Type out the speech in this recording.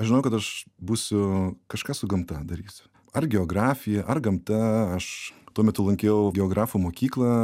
aš žinojau kad aš būsiu kažką su gamta darysiu ar geografija ar gamta aš tuo metu lankiau geografų mokyklą